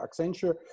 Accenture